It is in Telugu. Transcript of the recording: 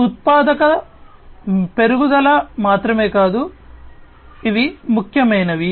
భద్రతా దృశ్యాలలో AR మరియు VR రెండూ కూడా ముఖ్యమైనవి